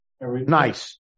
Nice